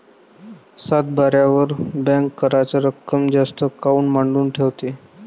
सातबाऱ्यावर बँक कराच रक्कम जास्त काऊन मांडून ठेवते?